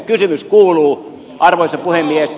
kysymys kuuluu arvoisa puhemies